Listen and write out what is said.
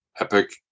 epic